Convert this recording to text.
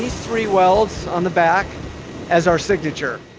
three welds on the back as our signature.